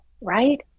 right